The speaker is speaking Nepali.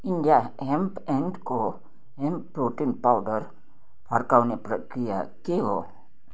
India Hemp and Co hemp protein powder फर्काउने प्रक्रिया के हो